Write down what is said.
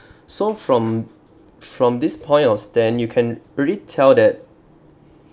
so from from this point of stand you can really tell that